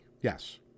yes